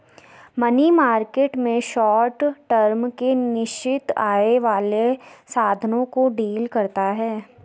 money market में short term के निश्चित आय वाले साधनों को डील करता है